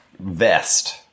vest